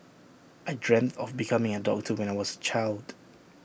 I dreamt of becoming A doctor when I was A child